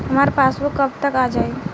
हमार पासबूक कब तक आ जाई?